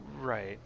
Right